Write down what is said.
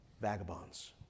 vagabonds